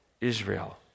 Israel